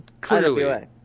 clearly